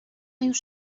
już